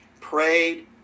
prayed